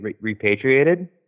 repatriated